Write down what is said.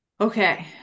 Okay